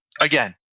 again